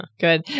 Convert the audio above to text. good